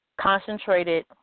Concentrated